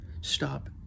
stop